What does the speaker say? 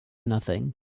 nothing